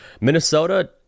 Minnesota